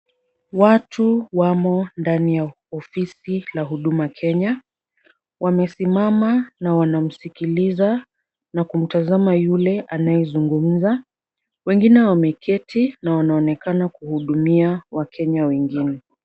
Watu wamo ndani ya ofisi la huduma Kenya. Wamesimama na wanamsikiliza na kutazama yule anayezungumza, wengine wameketi wanaonekana kuhudumia wakenya wengine.